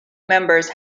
members